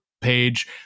page